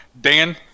Dan